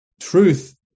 truth